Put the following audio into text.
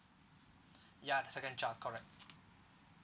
ya the second child correct